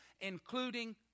including